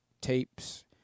tapes